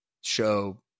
show